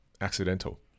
accidental